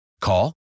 Call